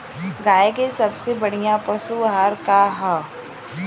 गाय के सबसे बढ़िया पशु आहार का ह?